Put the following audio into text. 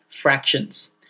fractions